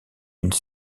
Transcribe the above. une